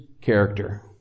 character